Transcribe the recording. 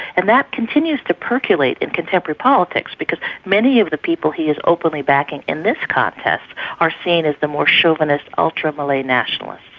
and that continues to percolate in contemporary politics because many of the people he is openly backing in this contest are seen as the more chauvinist ultra malay nationalists.